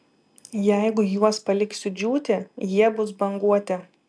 jeigu juos paliksiu džiūti jie bus banguoti